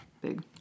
big